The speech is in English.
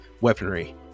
weaponry